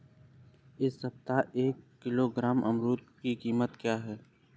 इस सप्ताह एक किलोग्राम अमरूद की कीमत क्या है?